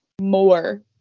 more